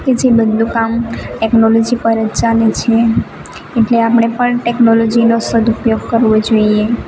કે જે બધું કામ ટેક્નોલોજી પર જ ચાલે છે એટલે આપણે પણ ટેક્નોલોજીનો સદુપયોગ કરવો જોઈએ